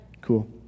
Cool